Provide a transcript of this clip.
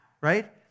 right